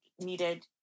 needed